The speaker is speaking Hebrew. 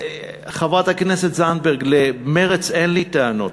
חברת הכנסת זנדברג, למרצ אין לי טענות.